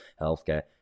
healthcare